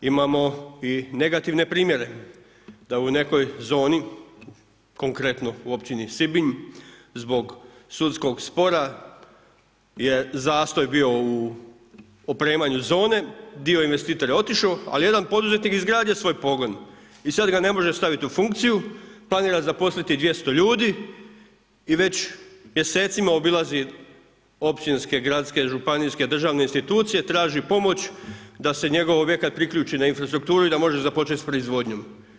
Imamo i negativne primjere da u nekoj zoni konkretno u Općini Sibinj, zbog sudskog spora je zastoj bio u opremanju zone, dio investitora je otišao, ali jedan poduzetnik je izgradio svoj pogon i sada ga ne može staviti u funkciju, planira zaposliti 200 ljudi i već mjesecima obilazi općinske, gradske, županijske, državne institucije i traži pomoć da se njegov objekat priključi na infrastrukturu i da može započet s proizvodnjom.